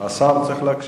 השר צריך להקשיב.